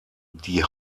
die